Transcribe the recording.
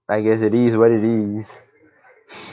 I guess it is what it is